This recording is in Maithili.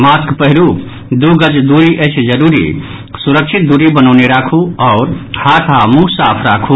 मास्क पहिरू दू गज दूरी अछि जरूरी सुरक्षित दूरी बनौने राखू आ हाथ आ मुंह साफ राखू